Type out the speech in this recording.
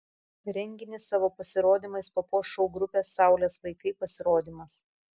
renginį savo pasirodymais papuoš šou grupės saulės vaikai pasirodymas